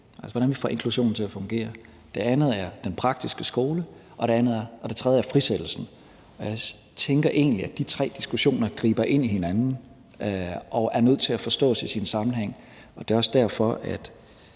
altså hvordan vi får inklusionen til at fungere, den anden handler om den praktiske skole, og den tredje handler om frisættelsen. Jeg tænker egentlig, at de tre diskussioner griber ind i hinanden og er nødt til at forstås i sammenhæng, og det er også derfor, at